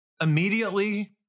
immediately